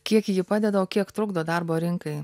kiek ji padeda o kiek trukdo darbo rinkai